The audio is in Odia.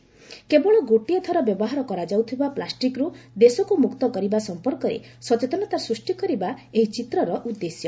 ଦେଶକୁ କେବଳ ଗୋଟିଏ ଥର ବ୍ୟବହାର କରାଯାଉଥିବା ପ୍ଲାଷ୍ଟିକ୍ ମୁକ୍ତ କରିବା ସମ୍ପର୍କରେ ସଚେତନତା ସୃଷ୍ଟି କରିବା ଏହି ଚିତ୍ରର ଉଦ୍ଦେଶ୍ୟ